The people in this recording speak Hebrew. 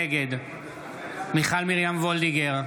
נגד מיכל מרים וולדיגר,